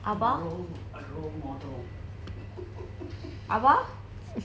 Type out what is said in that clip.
a role a role model